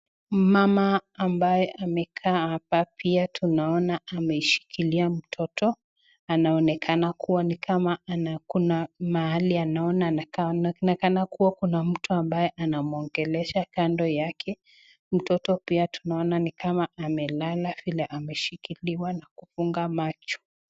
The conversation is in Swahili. Mama ambaye amekaa hapa pia tunaona ameshikilia mtoto. Anaonekana kuwa ni kama kuna mahali anaona kana kuwa kuna mtu ambaye anamuongelesha kando yake. Mtoto pia tunaona ni kama amelala vile ameshikiliwa na kufunga macho.